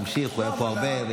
הוא היה פה הרבה.